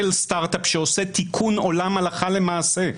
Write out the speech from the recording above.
סטארט-אפ שעושה תיקון עולם הלכה למעשה.